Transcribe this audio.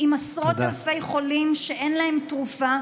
עם עשרות אלפי חולים שאין להם תרופה.